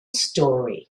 story